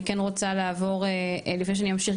אני כן רוצה לעבור לפני שאני אמשיך,